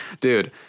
dude